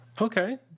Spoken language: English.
okay